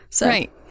Right